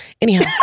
anyhow